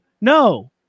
No